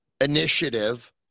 initiative